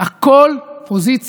הכול פוזיציה.